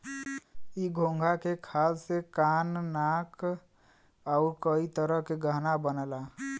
इ घोंघा के खाल से कान नाक आउर कई तरह के गहना बनला